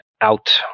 out